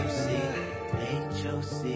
H-O-C